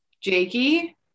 Jakey